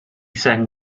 sang